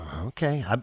Okay